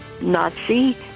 Nazi